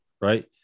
right